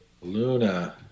Luna